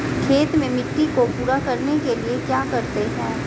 खेत में मिट्टी को पूरा करने के लिए क्या करते हैं?